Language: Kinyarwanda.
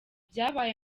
byabaye